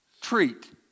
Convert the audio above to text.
treat